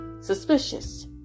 suspicious